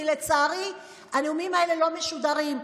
כי לצערי הנאומים האלה לא משודרים,